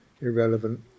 irrelevant